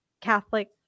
Catholic